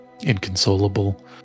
inconsolable